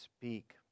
speak